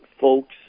folks